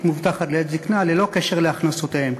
מובטחת לעת זיקנה ללא קשר להכנסותיהם.